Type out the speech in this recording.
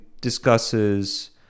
discusses